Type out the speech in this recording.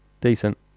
decent